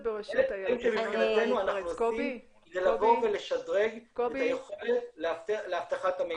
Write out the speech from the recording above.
--- שמבחינתנו אנחנו עושים ללוות ולשדרג את היכולת לאבטחת המידע.